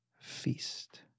feast